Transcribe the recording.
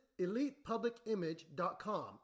ElitePublicImage.com